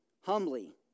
humbly